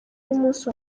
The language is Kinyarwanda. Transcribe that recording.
y’umunsi